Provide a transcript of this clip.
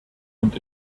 und